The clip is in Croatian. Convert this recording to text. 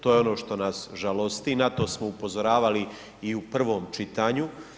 To je ono što nas žalosti i na to smo upozoravali i u prvom čitanju.